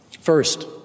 First